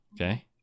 Okay